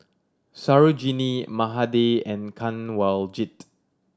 Sarojini Mahade and Kanwaljit